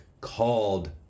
called